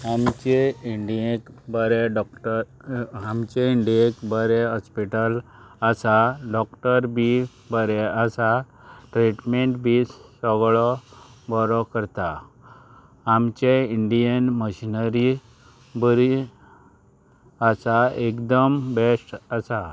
आमचे इंडियेक बरे डॉक्टर आमचे इंडियेक बरे हॉस्पिटल आसा डॉक्टर बी बरें आसा ट्रिटमेंट बी सगळो बरो करता आमचे इंडियेन मशिनरी बरी आसा एकदम बेस्ट आसा